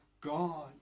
God